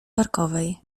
parkowej